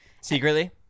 Secretly